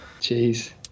Jeez